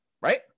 right